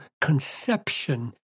conception